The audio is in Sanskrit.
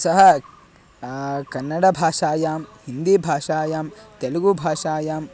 सः कन्नडभाषायां हिन्दीभाषायां तेलुगुभाषायाम्